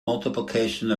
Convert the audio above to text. multiplication